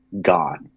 God